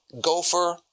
gopher